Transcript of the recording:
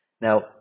Now